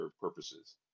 purposes